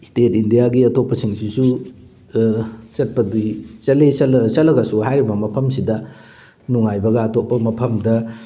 state ꯏꯟꯗꯤꯌꯥꯒꯤ ꯑꯇꯣꯞꯄꯁꯤꯡꯁꯤꯁꯨ ꯆꯠꯄꯗꯤ ꯆꯠꯂꯤ ꯆꯠꯂꯒꯁꯨ ꯍꯥꯏꯔꯤꯕ ꯃꯐꯝꯁꯤꯗ ꯅꯨꯡꯉꯥꯏꯕꯒ ꯑꯇꯣꯞꯄ ꯃꯐꯝꯗ